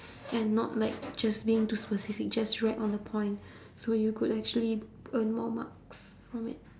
and not like just being to specific just right on the point so you could actually earn more marks on it